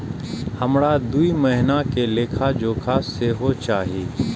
हमरा दूय महीना के लेखा जोखा सेहो चाही